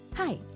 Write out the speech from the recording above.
Hi